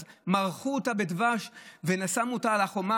אז מרחו אותה בדבש ושמו אותה על החומה